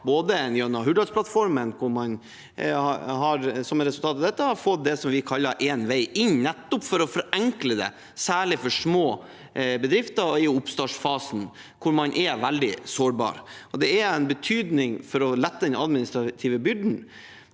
bl.a. gjennom Hurdalsplattformen, hvor man som et resultat av dette har fått det vi kaller Én vei inn, nettopp for å forenkle det, særlig for små bedrifter i oppstartsfasen, hvor man er veldig sårbar. Det er av betydning for å lette den administrative byrden.